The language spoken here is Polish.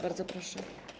Bardzo proszę.